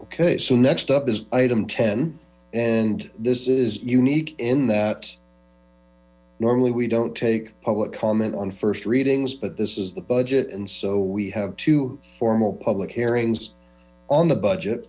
variable okay so next up is item ten and this is unique in that normally we don't take public comment on first readings but this is the budget and so we have two formal public hearings on the budget